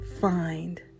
find